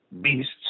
beasts